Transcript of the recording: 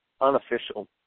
unofficial